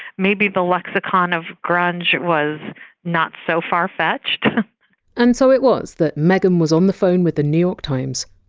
maybe the lexicon of grunge was not so far-fetched and so it was that megan was on the phone with the new york times,